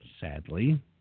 Sadly